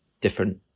different